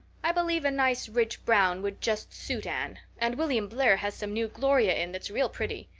i believe a nice rich brown would just suit anne, and william blair has some new gloria in that's real pretty.